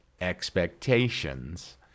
expectations